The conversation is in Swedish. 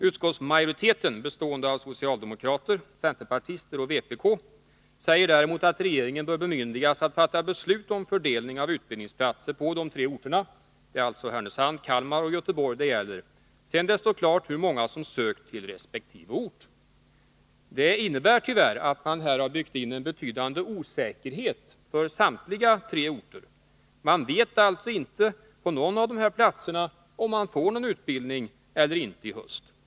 Utskottsmajoriteten bestående av socialdemokrater, centerpartister och vpk-are säger däremot att regeringen bör bemyndigas att fatta beslut om fördelning av utbildningsplatser på de tre orterna Härnösand, Kalmar och Göteborg, sedan det står klart hur många som sökt till resp. ort. Det innebär, tyvärr, att man här har byggt in en betydande osäkerhet för samtliga tre orter. Man vet alltså inte på någon av dessa platser om man får någon utbildning i höst.